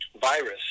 virus